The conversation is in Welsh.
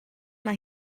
mae